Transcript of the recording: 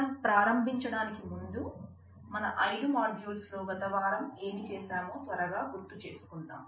మనం ప్రారంభించడానికి ముందు మన ఐదు మాడ్యూల్స్ లో గత వారం ఏమి చేసామో త్వరగా గుర్తు చేసుకుందాం